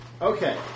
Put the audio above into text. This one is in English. Okay